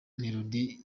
melodie